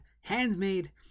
handmade